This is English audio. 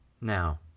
Now